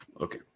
Okay